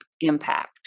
impact